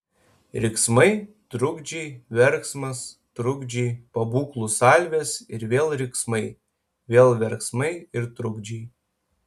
riksmai trukdžiai verksmas trukdžiai pabūklų salvės ir vėl riksmai vėl verksmai ir trukdžiai